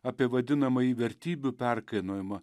apie vadinamąjį vertybių perkainojimą